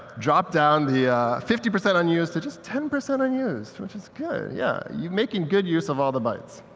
drop down the fifty percent unused to just ten percent unused which is good. yeah you're making good use of all the bytes.